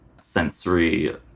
sensory